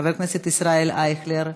חבר הכנסת ישראל אייכלר,